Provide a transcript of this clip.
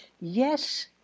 yes